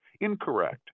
incorrect